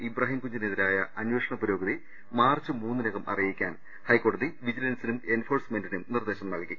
ഇബ്രാഹിംകുഞ്ഞിനെതിരായ അന്വേഷണ പുരോഗതി മാർച്ച് മൂന്നി നകം അറിയിക്കാൻ ഹൈക്കോടതി വിജിലൻസിനും എൻഫോഴ്സ്മെന റിനും നിർദ്ദേശം നൽകി